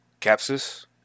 Capsis